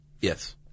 yes